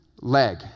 leg